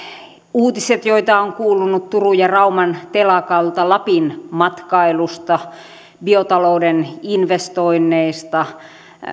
uutiset joita on kuulunut turun ja rauman telakoilta lapin matkailusta biotalouden investoinneista